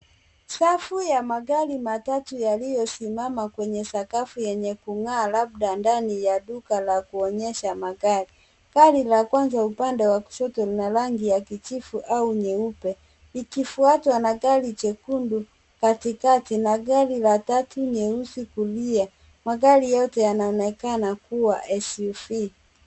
Safu ya magari matatu yaliyosimama kwenye sakafu yenye kung'aa labda ndani ya duka la kuonyesha magari. Gari la kwanza upande wa kushoto lina rangi ya kijivu au nyeupe likifuatwa na gari jekundu katikati na gari la tatu nyeusi kulia. Magari yote yanaonekana kuwa SUV.